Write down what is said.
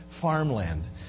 farmland